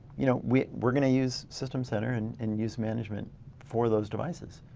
you know we're we're gonna use system center and and use management for those devices.